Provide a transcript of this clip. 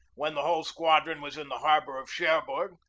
when the whole squadron was in the harbor of cherbourg,